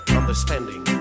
understanding